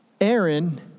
Aaron